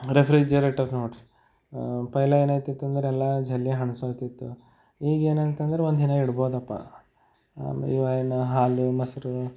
refrigerator ನೋಡಿರಿ ಪೆಹ್ಲಾ ಏನಾಯ್ತಿತ್ತು ಅಂದ್ರೆ ಎಲ್ಲ ಜಲ್ಲಿ ಹಣ್ಸೋಯ್ತಿತು ಈಗ ಏನಂತ ಅಂದ್ರು ಒಂದಿನ ಇಡ್ಬೋದಪ್ಪ ಆಮ್ ಇವ ಏನು ಹಾಲು ಮೊಸರು